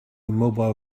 mobile